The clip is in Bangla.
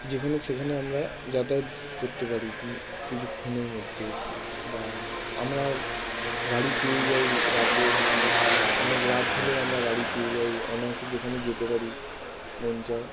যেখানে সেখানে আমরা যাতায়াত করতে পারি কিছুক্ষণের মধ্যে বা আমরা গাড়ি পেয়ে যাই রাতে অনেক রাত হলেও আমরা গাড়ি পেয়ে যাই অনায়াসে যেখানে যেতে পারি মন চায়